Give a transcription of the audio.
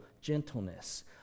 gentleness